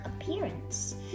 appearance